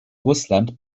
russland